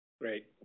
Great